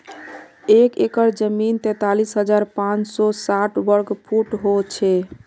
एक एकड़ जमीन तैंतालीस हजार पांच सौ साठ वर्ग फुट हो छे